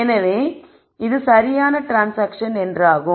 எனவே இது சரியான ட்ரான்ஸ்சாங்க்ஷன் என்றாகும்